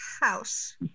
House